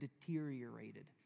deteriorated